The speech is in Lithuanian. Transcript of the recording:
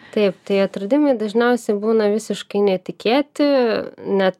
taip tai atradimai dažniausiai būna visiškai netikėti net